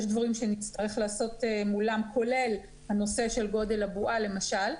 יש דברים שנצטרך לעשות מולם כולל הנושא של גודל הבועה למשל,